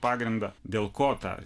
pagrindą dėl ko tą